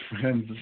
friends